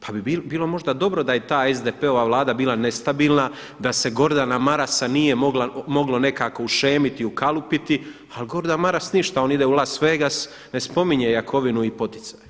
Pa bi bilo možda dobro da je ta SDP-ova Vlada bila nestabilna, da se Gordana Marasa nije moglo nekako ušemiti i ukalupiti ali Gordan Maras ništa, on ide u Las Vegas, ne spominje Jakovinu i poticaje.